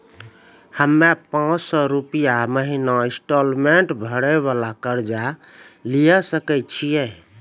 हम्मय पांच सौ रुपिया महीना इंस्टॉलमेंट भरे वाला कर्जा लिये सकय छियै?